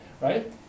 right